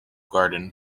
garden